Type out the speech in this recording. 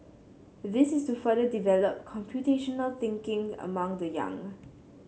this is to further develop computational thinking among the young